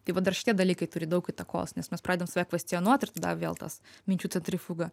tai va dar šitie dalykai turi daug įtakos nes mes pradedam save kvestionuot ir tada vėl tas minčių centrifuga